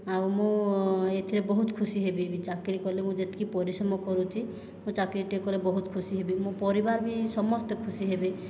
ଆଉ ମୁଁ ଏଥିରେ ବହୁତ ଖୁସି ହେବି ବି ଚାକିରି କଲେ ମୁଁ ଯେତିକି ପରିଶ୍ରମ କରୁଛି ମୁଁ ଚାକିରିଟିଏ କଲେ ବହୁତ ଖୁସି ହେବି ମୋ ପରିବାର ବି ସମସ୍ତେ ଖୁସି ହେବେ